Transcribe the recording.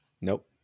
Nope